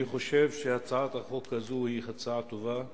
אני חושב שהצעת החוק הזאת היא הצעה טובה וראויה,